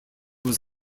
was